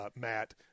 Matt